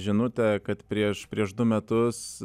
žinutę kad prieš prieš du metus